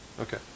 Okay